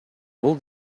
бул